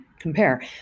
compare